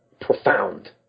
profound